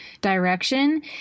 direction